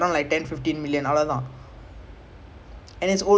ya ya